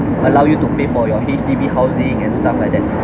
allow you to pay for your H_D_B housing and stuff like that